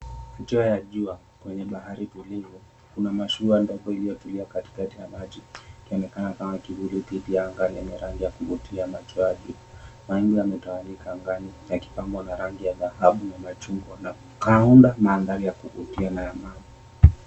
Nje ya jua kwenye bahari tulivu kuna mashua ndogo inayotulia katikati ya maji ikionekana kama kivuli dhidhi ya anga lenye rangi ya kuvutia. Mawingu yametawanyika anagani yakipambwa na rangi ya dhahabu na machungwa na kukaunda mandhari ya kuvutia na ya amani.